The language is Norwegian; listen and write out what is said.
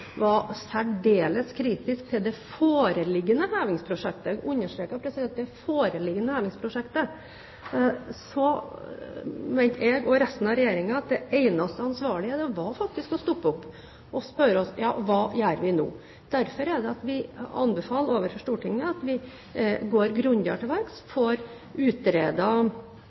var særdeles kritisk til det foreliggende hevingsprosjektet – det foreliggende hevingsprosjektet, jeg understreker det – mente jeg og resten av regjeringen at det eneste ansvarlige ville være å stoppe opp og spørre oss selv: Hva gjør vi nå? Derfor anbefaler vi overfor Stortinget at vi går grundigere til verks, får